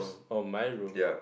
on my room